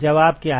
जवाब क्या है